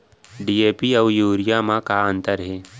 DAP अऊ urea म का अंतर हे?